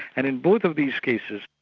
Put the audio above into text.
and in both of these cases,